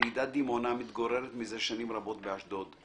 ילידת דימונה, המתגוררת מזה שנים רבות באשדוד.